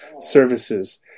services